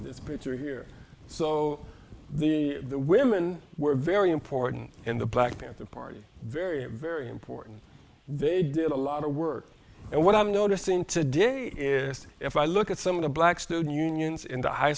this picture here so the women were very important in the black panther party very very important they did a lot of work and what i'm noticing today is if i look at some of the black student unions in the high